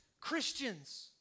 Christians